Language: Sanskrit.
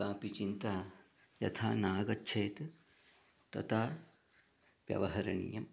कापि चिन्ता यथा नागच्छेत् तथा व्यवहरणीयम्